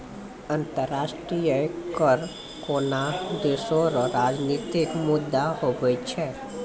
अंतर्राष्ट्रीय कर कोनोह देसो रो राजनितिक मुद्दा हुवै छै